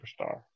superstar